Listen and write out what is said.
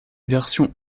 version